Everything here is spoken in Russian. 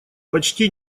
почти